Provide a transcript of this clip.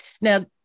Now